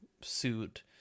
suit